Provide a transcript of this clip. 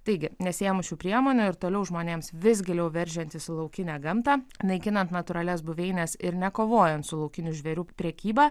taigi nesiėmus šių priemonių ir toliau žmonėms vis giliau veržiantis į laukinę gamtą naikinant natūralias buveines ir nekovojant su laukinių žvėrių prekyba